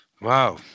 Wow